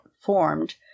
formed